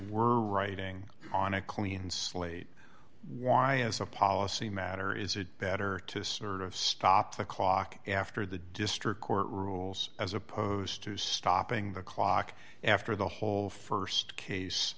were writing on a clean slate why as a policy matter is it better to sort of stop the clock after the district court rules as opposed to stopping the clock after the whole st case